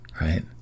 right